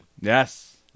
Yes